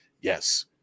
Yes